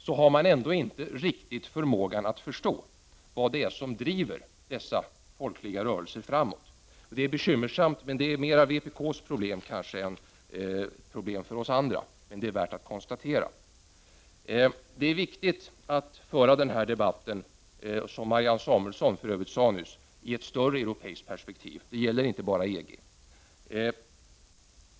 Man har ändå inte riktigt förmågan att förstå vad det är som driver dessa folkliga rörelser framåt. Det är bekymmersamt — även om det kanske mera är vpk:s problem än ett problem för oss andra; det är i alla fall värt att konstatera. Som Marianne Samuelsson sade nyss är det viktigt att föra den här debatten i ett större europeiskt sammanhang — den gäller inte bara EG.